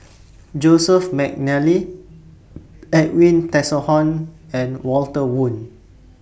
Joseph Mcnally Edwin Tessensohn and Walter Woon